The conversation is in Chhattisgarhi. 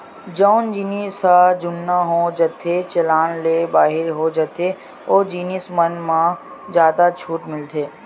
जउन जिनिस ह जुनहा हो जाथेए चलन ले बाहिर हो जाथे ओ जिनिस मन म जादा छूट मिलथे